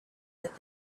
that